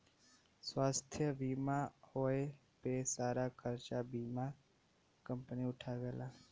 स्वास्थ्य बीमा होए पे सारा खरचा बीमा कम्पनी उठावेलीन